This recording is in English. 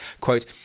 Quote